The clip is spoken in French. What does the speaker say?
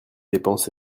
dépenses